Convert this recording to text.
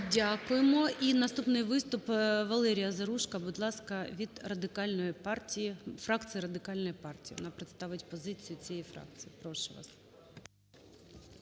Дякуємо. І наступний виступ - Валерія Заружко. Будь ласка, від Радикальної партії… фракція Радикальної партії. Вона представить позицію цієї фракції, прошу вас.